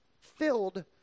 filled